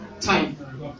Time